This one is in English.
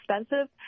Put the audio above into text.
expensive